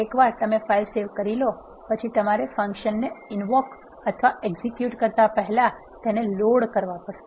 એકવાર તમે file save કરી લો પછી તમારે ફંક્શન ને ઇનવોક અથવા એક્ઝેક્યુટ કરતા પહેલા તેને લોડ કરવા પડશે